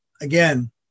again